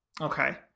Okay